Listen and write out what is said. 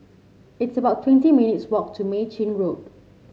it's about twenty minutes' walk to Mei Chin Road